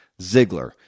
Ziggler